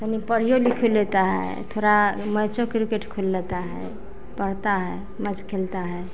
तनी पढ़ियो लिखियो लेता है थोरा मैचो क्रिकेट खेल लेता है पढ़ता है मस्त खेलता है